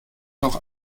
noch